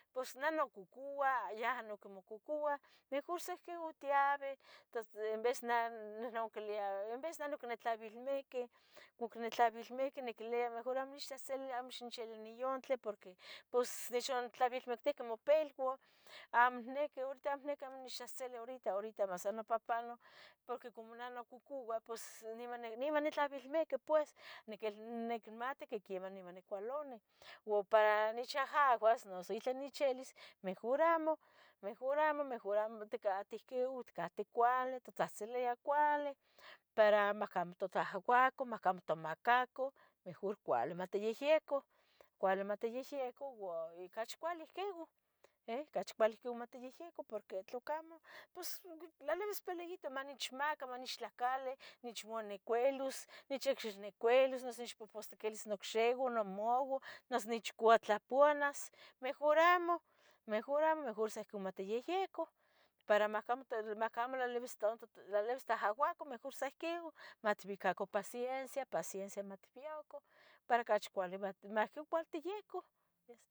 pos neh nococua yaha nohqui mococua, mejor sa ihquiu tiabeh, tons en ves neh nnquilbia, enves neh noihqui nitlabelmiqui, cucnitlabelmequi niquilbia mejor amo ixtzahtzili amo xnichilbi niontlen, porque pos xontlabilmectihqueh mopilba amo niqui, horita amo niqui xnechtzahtzilica horita, horita mo san nopahpano, porque como neh nococua pos niman, niman nitlabelmiqui pues, niquil nicmati que quemah niman nicualoni, ua para nech ahahbas noso itlah nechilbis mejor amo, mejor amo, mejor amo, ticateh ihquiu, itcateh cuali totzahtzilia cuali, para macamo tocuahcuaca para amo tomacacu, mejor cuali matiyehyicu, cuali matiyehyicu ua ocachi cuali ihquiu eh ocachi cuali ihquiu matiyehyecu, porque tlacamo, pos tlalibis peleito manechmaca, manechtlacale, nech manecuilos, nech icxinecuilos, nechpohpostiquilis nocxiua, nomauah, noso nechcuatlapouanas, mejor amo, mejor amo, mejor sa mitiyehyecu, para macamo, macamo tlalibis tanto tlalibis tahahuaca mejor sa iquiu, matbiaco paciencia, paciencia matbiaco. para ocachi cuali maohco cuali matiyicu.